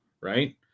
right